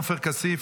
עופר כסיף,